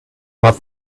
but